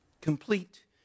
Complete